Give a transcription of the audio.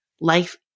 life